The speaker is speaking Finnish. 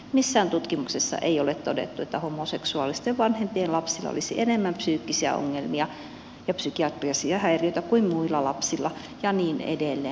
missään tutkimuksessa ei ole todettu että homoseksuaalisten vanhempien lapsilla olisi enemmän psyykkisiä ongelmia ja psykiatrisia häiriöitä kuin muilla lapsilla ja niin edelleen